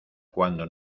cuando